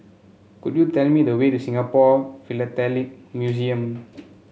could you tell me the way to Singapore Philatelic Museum